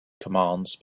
commands